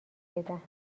بدهم